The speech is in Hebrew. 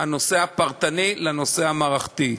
הנושא הפרטני לנושא המערכתי.